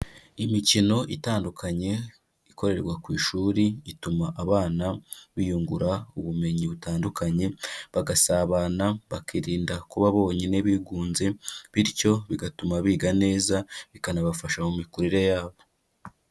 Imikino itandukanye ikorerwa ku ishuri, ituma abana biyungura ubumenyi butandukanye, bagasabana, bakirinda kuba bonyine bigunze, bityo bigatuma biga neza, bikanabafasha mu mikurire yabo.